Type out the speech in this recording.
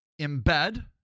embed